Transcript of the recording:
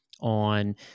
on